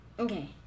Okay